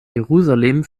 jerusalem